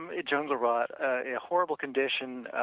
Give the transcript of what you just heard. um a jungle rot, a horrible condition,